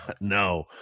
No